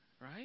right